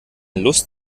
lust